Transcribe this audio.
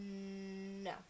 No